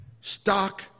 stock